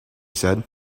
said